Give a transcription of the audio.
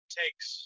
takes